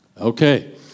Okay